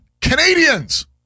Canadians